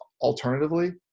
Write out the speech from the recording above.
alternatively